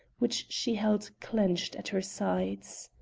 which she held clenched at her sides.